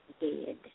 dead